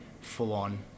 full-on